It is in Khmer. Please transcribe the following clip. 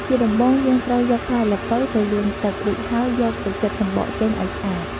ជាដំបូងយើងត្រូវយកផ្លែល្ពៅទៅលាងទឹក រួចហើយយកទៅចិតចំបកចេញឱ្យស្អាត។